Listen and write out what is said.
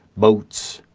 boats.